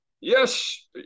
Yes